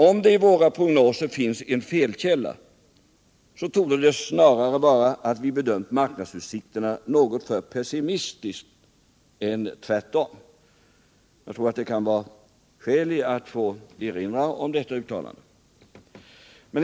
Om det i våra prognoser finns en felkälla, torde det snarare vara att vi bedömt marknadsutsikterna något för pessimistiskt än tvärtom. Jag tror att det kan vara skäl i att erinra om detta uttalande.